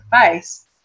face